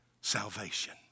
salvation